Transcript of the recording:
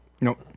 Nope